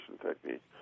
technique